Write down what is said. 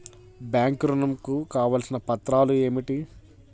Bank ఋణం కు కావలసిన పత్రాలు ఏమిటి?